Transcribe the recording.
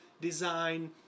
design